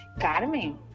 Carmen